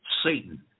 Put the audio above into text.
Satan